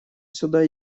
сюда